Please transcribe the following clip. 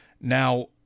Now